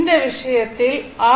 இந்த விஷயத்தில் ஆர்